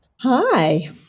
Hi